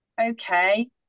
okay